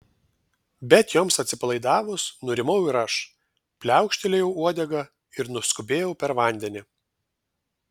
bet joms atsipalaidavus nurimau ir aš pliaukštelėjau uodega ir nuskubėjau per vandenį